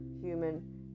human